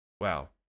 Wow